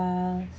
ya